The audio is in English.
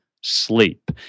sleep